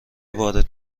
وارد